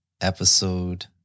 Episode